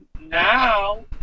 now